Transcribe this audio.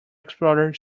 explorer